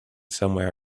somewhere